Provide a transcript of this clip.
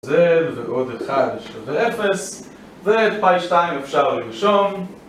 זה ועוד אחד של אפס ופאי 2 אפשר לנשום